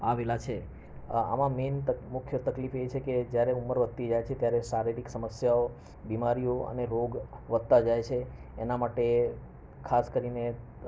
આવેલા છે આમાં મેઇન મુખ્ય તકલીફ એ છે કે જ્યારે ઉંમર વધતી જાય છે ત્યારે શારીરિક સમસ્યાઓ બીમારીઓ અને રોગ વધતા જાય છે એના માટે ખાસ કરીને